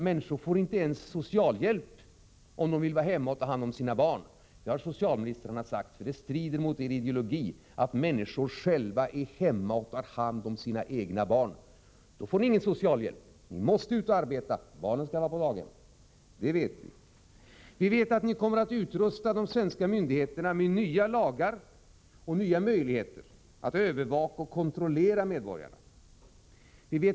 Människor får inte ens socialhjälp om de vill vara hemma och ta hand om sina barn — det har socialministrarna sagt. Det strider mot er ideologi att människor själva är hemma och tar hand om sina egna barn. Föräldrarna får i sådana fall ingen socialhjälp, utan socialdemokraterna säger: Ni måste ut och arbeta. Barnen skall vara på daghem. — att de svenska myndigheterna kommer att utrustas med nya lagar och möjligheter att övervaka och kontrollera medborgarna.